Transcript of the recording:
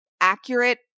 accurate